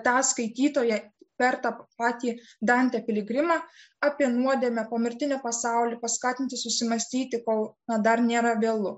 tą skaitytoją per tą patį dantę piligrimą apie nuodėmę pomirtinį pasaulį paskatinti susimąstyti kol dar nėra vėlu